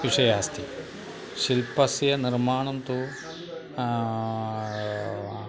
विषयः अस्ति शिल्पस्य निर्माणं तु